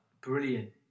brilliant